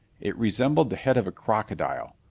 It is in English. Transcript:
it resembled the head of a crocodile,